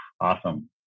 awesome